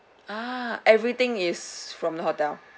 ah everything is from the hotel